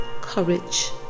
courage